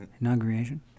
Inauguration